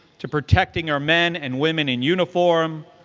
to protecting our men and women in uniform,